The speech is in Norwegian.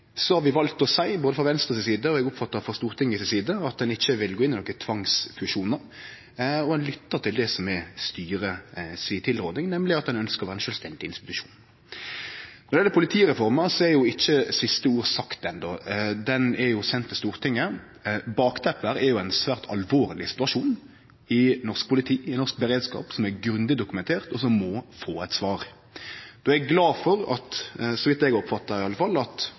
Så har vi valt å seie både frå Venstre si side, og eg oppfatta også frå Stortinget si side, at ein ikkje vil gå inn for nokre tvangsfusjonar. Ein lyttar til det som er styret si tilråding, nemleg at ein ønskjer å vere ein sjølvstendig institusjon. Når det gjeld politireforma, er jo ikkje siste ordet sagt endå. Ho er sendt til Stortinget. Bakteppet her er jo ein svært alvorleg situasjon i norsk politi, i norsk beredskap, som er grundig dokumentert, og som må få eit svar. Då er eg glad for at, så vidt eg oppfatta iallfall, alle